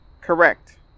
Correct